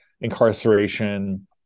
incarceration